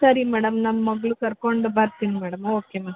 ಸರಿ ಮೇಡಮ್ ನಮ್ಮ ಮಗಳು ಕರ್ಕೊಂಡು ಬರುತ್ತೀನಿ ಮೇಡಮ್ ಓಕೆ ಮ್ಯಾಮ್